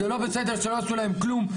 זה לא בסדר שלא עשו להם כלום.